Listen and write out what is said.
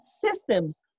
systems